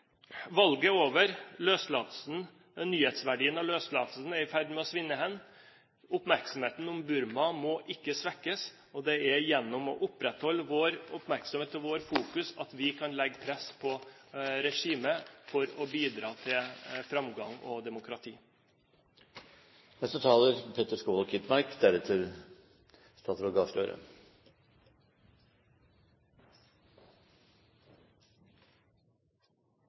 Valget er over, nyhetsverdien av løslatelsen er i ferd med å svinne hen. Oppmerksomheten om Burma må ikke svekkes, og det er gjennom å opprettholde vår oppmerksomhet og vårt fokus at vi kan legge press på regimet for å bidra til framgang og demokrati.